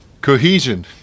cohesion